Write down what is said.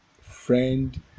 friend